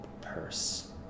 purse